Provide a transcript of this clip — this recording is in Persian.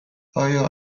ایا